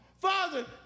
Father